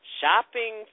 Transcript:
shopping